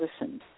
listen